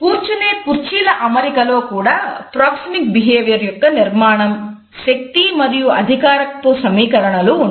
కూర్చునే కుర్చీల అమరికలో కూడా ప్రోక్సెమిక్ బిహేవియర్ యొక్క నిర్మాణం శక్తి మరియు అధికారపు సమీకరణాలు ఉంటాయి